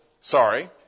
sorry